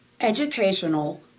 educational